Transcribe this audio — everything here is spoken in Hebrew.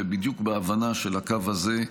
ובדיוק בהבנה של הקו הזה,